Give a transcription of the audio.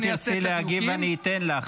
אם תרצי להגיב אני אתן לך,